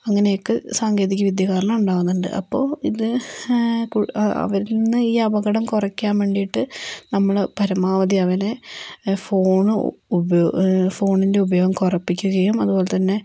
അങ്ങനെയൊക്കെ സാങ്കേതികവിദ്യ കാരണം ഉണ്ടാവുന്നുണ്ട് അപ്പോൾ ഇത് അപ്പോൾ അവരിൽ നിന്നു ഈ അപകടം കുറയ്ക്കാൻ വേണ്ടിയിട്ട് നമ്മൾ പരമാവധി അവരെ ഫോൺ ഫോണിൻ്റെ ഉപയോഗം കുറയ്പ്പിക്കുകയും അതുപോലെത്തന്നെ